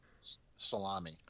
salami